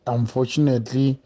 Unfortunately